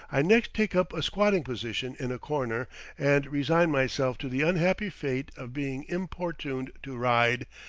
i next take up a squatting position in a corner and resign myself to the unhappy fate of being importuned to ride,